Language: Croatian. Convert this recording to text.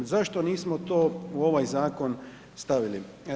Zašto nismo to u ovaj zakon stavili?